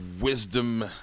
wisdom